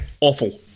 awful